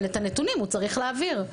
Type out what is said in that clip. אבל את הנתונים הוא צריך להעביר.